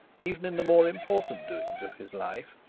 even in the more important doings of his life,